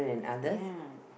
ya